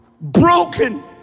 broken